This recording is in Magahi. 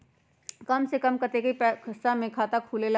कम से कम कतेइक पैसा में खाता खुलेला?